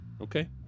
Okay